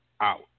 out